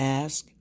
ask